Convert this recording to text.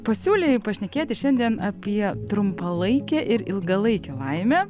pasiūlei pašnekėti šiandien apie trumpalaikę ir ilgalaikę laimę